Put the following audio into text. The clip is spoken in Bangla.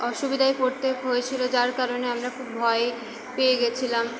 অসুবিধাই পড়তে হয়েছিলো যার কারণে আমরা খুব ভয় পেয়ে গেছিলাম